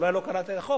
אולי לא קראת את החוק,